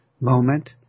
moment